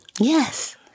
Yes